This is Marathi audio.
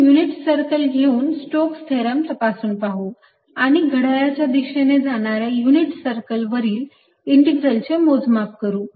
आपण युनिट सर्कल घेऊन स्टोक्स प्रमेय Stoke's Theorem तपासून पाहू आणि घड्याळाच्या दिशेने जाणाऱ्या युनिट सर्कल वरील इंटिग्रलचे मोजमाप करू